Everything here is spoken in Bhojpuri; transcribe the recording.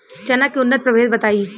चना के उन्नत प्रभेद बताई?